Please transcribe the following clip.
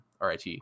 RIT